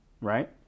right